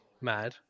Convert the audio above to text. mad